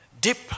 deep